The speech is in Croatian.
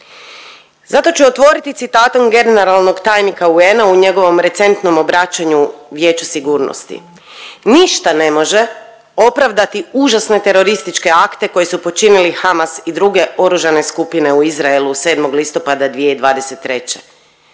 Zato ću otvoriti citatom generalnog tajnika UN-a u njegovom recentnom obraćanju Vijeću sigurnosti, „Ništa ne može opravdati užasne terorističke akte koji su počinili Hamas i druge oružane skupine u Izraelu 7. listopada 2023.